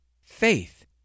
faith